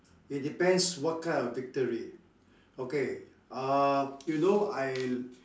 it depends what kind of victory okay uh you know I